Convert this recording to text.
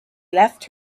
left